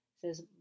says